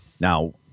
Now